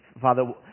Father